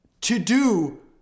to-do